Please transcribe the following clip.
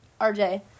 RJ